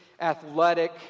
athletic